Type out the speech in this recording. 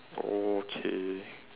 okay